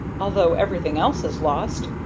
although everything else is lost,